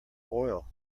oil